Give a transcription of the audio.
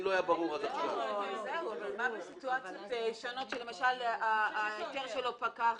אבל מה בסיטואציות שונות כאשר למשל ההיתר שלו פקע?